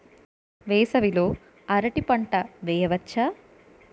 వేసవి లో అరటి పంట వెయ్యొచ్చా?